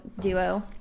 duo